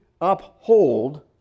uphold